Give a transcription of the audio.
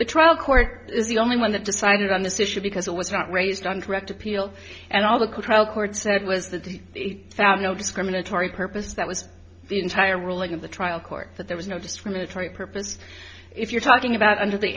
the trial court is the only one that decided on this issue because it was not raised on correct appeal and all the control court said was the no discriminatory purpose that was the entire ruling of the trial court that there was no discriminatory purpose if you're talking about under the